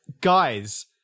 guys